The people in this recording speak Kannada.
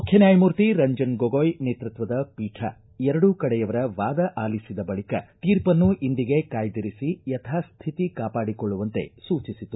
ಮುಖ್ಯ ನ್ಯಾಯಮೂರ್ತಿ ರಂಜನ್ ಗೊಗೊಯ್ ನೇತೃತ್ವದ ಪೀಠ ಎರಡೂ ಕಡೆಯವರ ವಾದ ಆಲಿಸಿದ ಬಳಕ ತೀರ್ಪನ್ನು ಇಂದಿಗೆ ಕಾಯ್ದಿರಿಸಿ ಯಥಾಸ್ಥಿತಿ ಕಾಪಾಡಿಕೊಳ್ಳುವಂತೆ ಸೂಚಿಸಿದರು